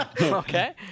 Okay